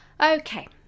Okay